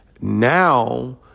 Now